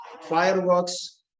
fireworks